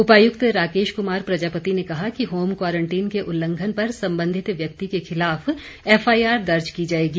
उपायुक्त राकेश कुमार प्रजापति ने कहा कि होम क्वारंटीन के उल्लंघन पर संबंधित व्यक्ति के खिलाफ एफआईआर दर्ज की जाएगी